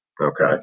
okay